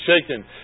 shaken